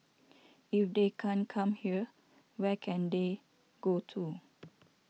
if they can't come here where can they go to